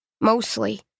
mostly